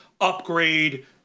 upgrade